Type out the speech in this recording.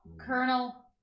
Colonel